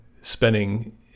spending